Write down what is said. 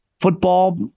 football